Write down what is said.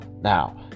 now